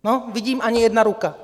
No, vidím, ani jedna ruka.